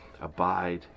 Abide